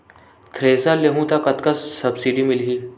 Thresher लेहूं त कतका सब्सिडी मिलही?